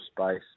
space